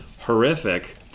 horrific